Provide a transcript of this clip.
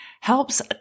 helps